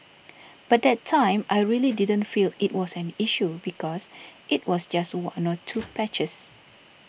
but that time I really didn't feel it was an issue because it was just one or two patches